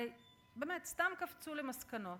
הרי באמת סתם קפצו למסקנות.